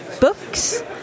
books